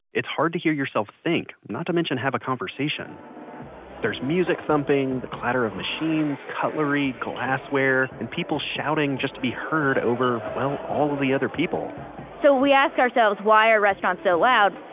it's hard to hear yourself think, not to mention have a conversation there's music thumping, the clatter of machines, cutlery, glasswear, and people shouting to be heard over, well, all of the other people so we ask ourselves why are restaurants so loud?